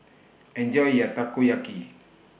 Enjoy your Takoyaki